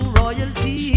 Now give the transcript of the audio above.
royalty